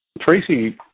Tracy